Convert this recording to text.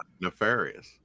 Nefarious